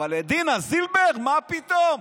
אבל את דינה זילבר, מה פתאום?